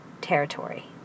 territory